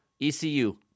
ECU